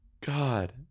God